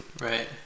Right